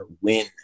win